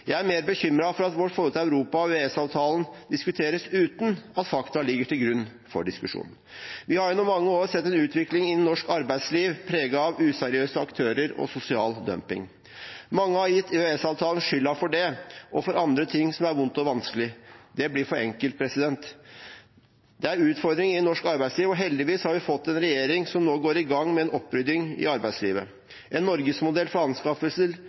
Jeg er mer bekymret for at vårt forhold til Europa og EØS-avtalen diskuteres uten at fakta ligger til grunn for diskusjonen. Vi har gjennom mange år sett en utvikling innen norsk arbeidsliv preget av useriøse aktører og sosial dumping. Mange har gitt EØS-avtalen skylden for det og for annet som er vondt og vanskelig. Det blir for enkelt. Det er utfordringer innen norsk arbeidsliv, og heldigvis har vi fått en regjering som nå går i gang med en opprydding i arbeidslivet. En norgesmodell for anskaffelser